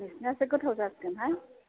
नोंसिनासो गोथाव जासिगोनहाय